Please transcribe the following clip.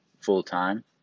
full-time